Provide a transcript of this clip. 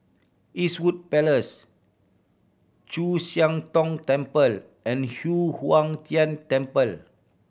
Eastwood Place Chu Siang Tong Temple and Yu Huang Tian Temple